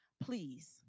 Please